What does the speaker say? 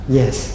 yes